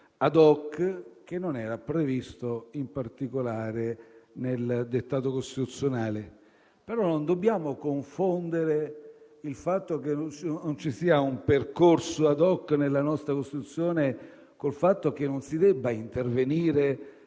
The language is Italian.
*ad hoc* che non era previsto in particolare nel dettato costituzionale. Non dobbiamo, però, confondere il fatto che non ci sia un percorso *ad hoc* nella nostra Costruzione con il fatto che non si debba intervenire